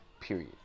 Period